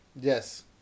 yes